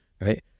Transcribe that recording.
Right